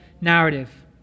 narrative